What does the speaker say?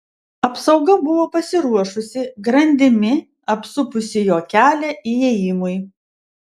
apsauga buvo pasiruošusi grandimi apsupusi jo kelią įėjimui